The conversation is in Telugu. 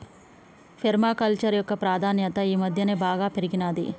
పేర్మ కల్చర్ యొక్క ప్రాధాన్యత ఈ మధ్యన బాగా పెరిగినాది